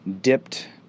dipped